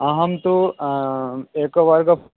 अहं तु एकवर्ग